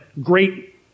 great